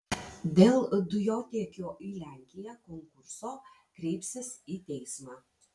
dėl dujotiekio į lenkiją konkurso kreipsis į teismą